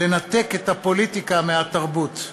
לנתק את הפוליטיקה מהתרבות.